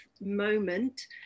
moment